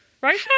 Right